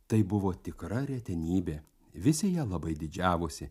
tai buvo tikra retenybė visi ja labai didžiavosi